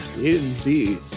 indeed